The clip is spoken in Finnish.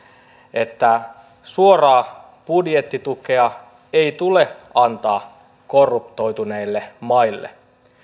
että suoraa budjettitukea ei tule antaa korruptoituneille maille